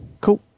Cool